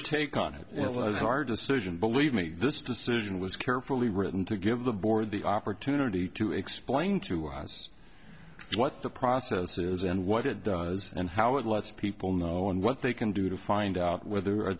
on it was our decision believe me this decision was carefully written to give the board the opportunity to explain to us what the process is and what it does and how it lets people know and what they can do to find out whether a